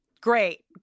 Great